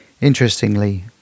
Interestingly